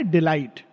Delight।